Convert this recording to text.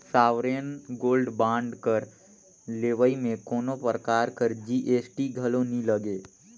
sovereign gold bond कर लेवई में कोनो परकार कर जी.एस.टी घलो नी लगे